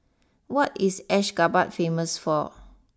what is Ashgabat famous for